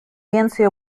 więcej